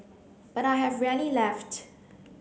but I have rarely left